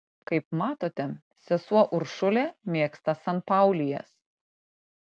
kaip matote sesuo uršulė mėgsta sanpaulijas